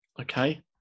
Okay